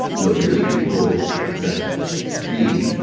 you know there's people that speak,